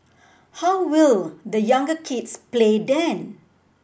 how will the younger kids play then